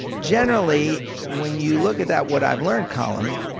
generally, when you look at that what i've learned column,